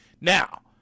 Now